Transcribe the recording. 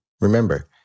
Remember